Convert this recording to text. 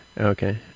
okay